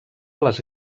les